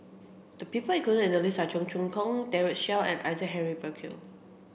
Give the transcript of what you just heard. the people included in the list are Cheong Choong Kong Daren Shiau and Isaac Henry Burkill